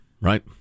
right